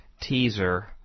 teaser